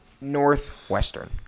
Northwestern